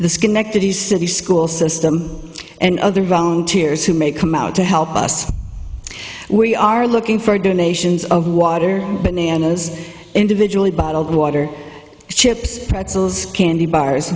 schenectady city school system and other volunteers who may come out to help us we are looking for donations of water bananas individually bottled water chips pretzels candy bars